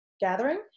gathering